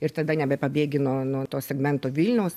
ir tada nebepabėgi nuo nuo to segmento vilniaus